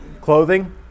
Clothing